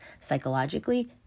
psychologically